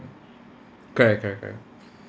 correct correct correct